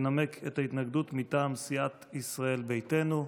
לנמק את ההתנגדות מטעם סיעת ישראל ביתנו.